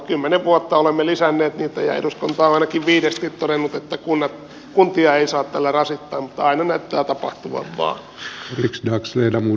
kymmenen vuotta olemme lisänneet niitä ja eduskunta on ainakin viidesti todennut että kuntia ei saa tällä rasittaa mutta aina näyttää tapahtuvan vaan